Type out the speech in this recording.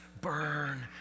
burn